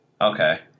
okay